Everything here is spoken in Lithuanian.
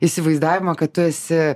įsivaizdavimą kad tu esi